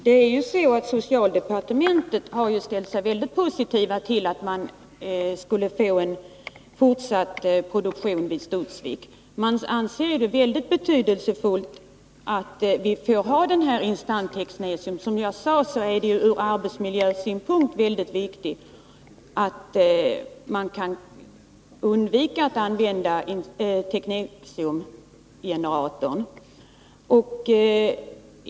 Herr talman! Socialdepartementet har ju ställt sig mycket positivt till en fortsättning av produktionen vid Studsvik. Det anses mycket betydelsefullt att vi får ha instant-teknetium. Från arbetsmiljösynpunkt är det, som sagt, mycket viktigt att man kan undvika att använda teknetium-generatorn.